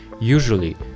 Usually